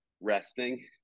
resting